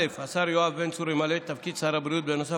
השר יואב בן צור ימלא את תפקיד שר הבריאות בנוסף